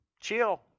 chill